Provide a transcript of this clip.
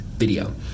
video